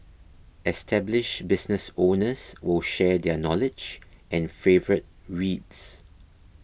established business owners will share their knowledge and favourite reads